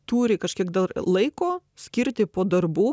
turi kažkiek dar laiko skirti po darbų